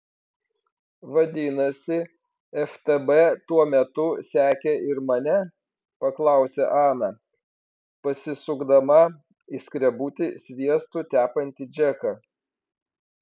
vadinasi ftb tuo metu sekė ir mane paklausė ana pasisukdama į skrebutį sviestu tepantį džeką